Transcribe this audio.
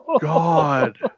God